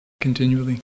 continually